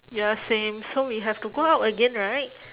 ya same so we have to go out again right